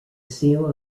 seal